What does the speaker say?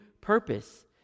purpose